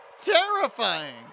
terrifying